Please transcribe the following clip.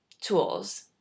tools